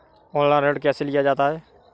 Online ऋण कैसे लिया जाता है?